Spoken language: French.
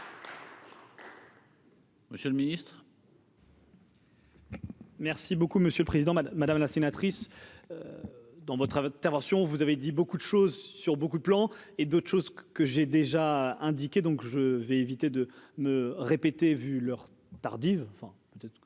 Monsieur le ministre. Merci beaucoup monsieur le président, madame, madame la sénatrice dans votre intervention, vous avez dit beaucoup de choses sur beaucoup de plans et d'autre chose que j'ai déjà indiqué, donc je vais éviter de me répéter, vu l'heure tardive,